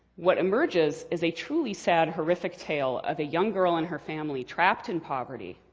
what emerges is a truly sad, horrific tale of a young girl and her family trapped in poverty.